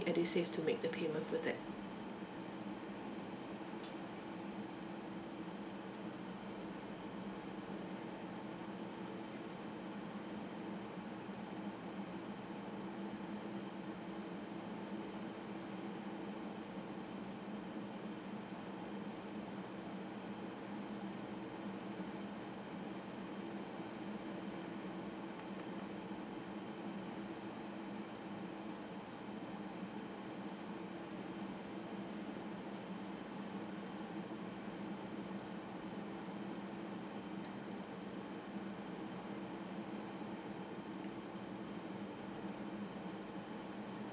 edusave to make the payment for that